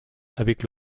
avec